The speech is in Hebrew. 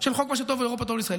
של חוק "מה שטוב לאירופה טוב לישראל".